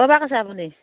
ক'ৰপৰা কৈছে আপুনি